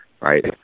right